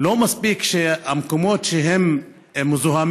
לא מספיק שהמקומות הם מזוהמים,